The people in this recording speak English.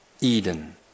Eden